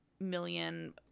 million